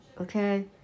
okay